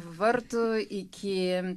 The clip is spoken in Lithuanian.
vartų iki